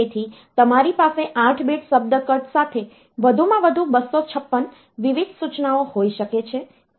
તેથી તમારી પાસે 8 bit શબ્દ કદ સાથે વધુમાં વધુ 256 વિવિધ સૂચનાઓ હોઈ શકે છે